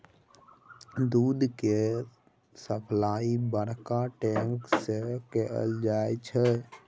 दूध केर सप्लाई बड़का टैंक सँ कएल जाई छै